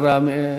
יש שרה.